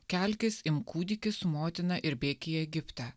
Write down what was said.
kelkis imk kūdikį su motina ir bėk į egiptą